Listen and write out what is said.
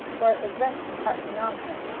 for it was resting partly on her,